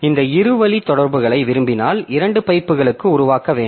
இந்த இரு வழி தொடர்புகளை விரும்பினால் இரண்டு பைப்புகளுக்கு உருவாக்க வேண்டும்